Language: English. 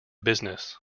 business